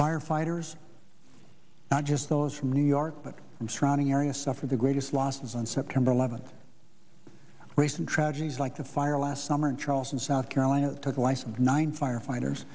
firefighters not just those from new york but from surrounding areas suffer the greatest losses on september eleventh recent tragedies like the fire last summer in charleston south carolina took the life of nine firefighters